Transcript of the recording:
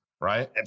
right